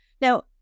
now